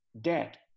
debt